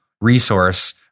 resource